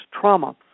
trauma